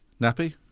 nappy